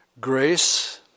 grace